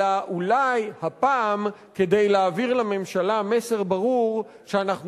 אלא אולי הפעם כדי להעביר לממשלה מסר ברור שאנחנו